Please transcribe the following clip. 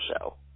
show